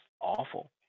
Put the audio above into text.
awful